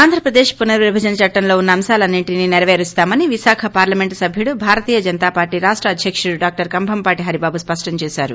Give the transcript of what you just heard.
ఆంధ్రపదేక్ పునర్విభజన చట్టంలో ఉన్న అంశాలన్నింటినీ నెరపేరుస్తామని విశాఖ పార్లమెంట్ సభ్యుడు భారతీయ జనతా పార్లీ రాష్ట అధ్యకుడు డాక్లర్ కంభంపాటి హరిబాబు స్పష్టం చేశారు